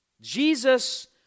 Jesus